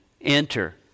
enter